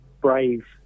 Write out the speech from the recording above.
brave